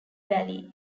valley